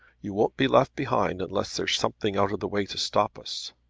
you won't be left behind unless there's something out of the way to stop us.